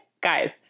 guys